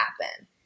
happen